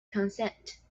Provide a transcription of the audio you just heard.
consents